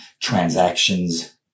Transactions